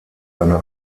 eine